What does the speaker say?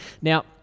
Now